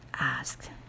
asked